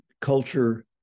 culture